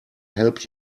help